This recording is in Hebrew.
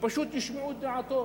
שפשוט ישמעו את דעתו